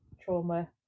trauma